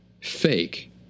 fake